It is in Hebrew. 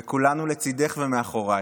וכולנו לצידך ומאחוריך.